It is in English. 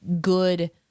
good